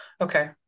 okay